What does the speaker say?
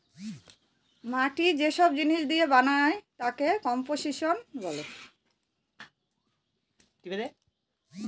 মাটি যে সব জিনিস দিয়ে বানায় তাকে কম্পোসিশন বলে